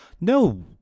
no